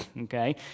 okay